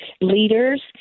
leaders